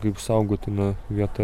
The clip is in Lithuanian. kaip saugotina vieta